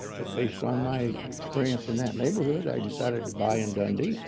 but based on my experience in that neighborhood, i decided to buy in dundee